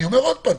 אני אומר עוד פעם,